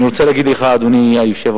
אני רוצה להגיד לך, אדוני היושב-ראש,